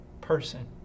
person